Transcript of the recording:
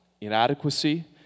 inadequacy